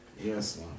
Yes